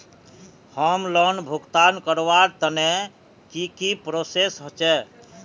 Home loan भुगतान करवार तने की की प्रोसेस होचे?